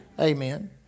Amen